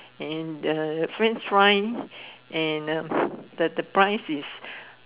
and the French fries and the the price is